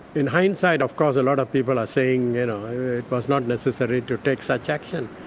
in hindsight of course, a lot of people are saying it was not necessary to take such action,